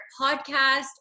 podcast